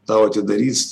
tau atidarys